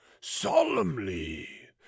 Solemnly